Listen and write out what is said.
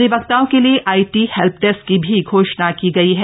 अधिवक्ताओं के लिए आईटी हेल्पडेस्क की भी घोषणा की गई है